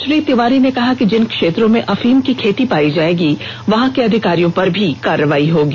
श्री तिवारी ने कहा कि जिन क्षेत्रों में अफीम की खेती पाई जाएगी वहां के अधिकारियों पर भी कार्रवाई होगी